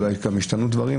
ואולי גם השתנו דברים,